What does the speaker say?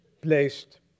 placed